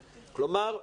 כלומר,